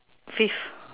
please